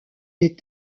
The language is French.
des